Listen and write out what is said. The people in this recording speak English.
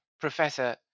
Professor